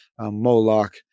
Moloch